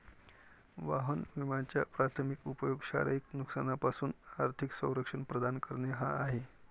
वाहन विम्याचा प्राथमिक उपयोग शारीरिक नुकसानापासून आर्थिक संरक्षण प्रदान करणे हा आहे